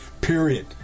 Period